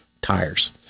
tires